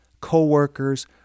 co-workers